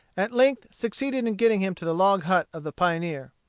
at length succeeded in getting him to the log hut of the pioneer.